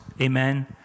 amen